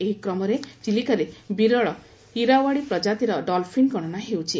ଏହିକ୍ରମରେ ଚିଲିକାରେ ବିରଳ ଇରାଓ୍ୱାଡ଼ି ପ୍ରଜାତିର ଡଲଫିନ ଗଣନା ହେଉଛି